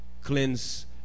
Cleanse